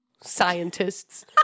scientists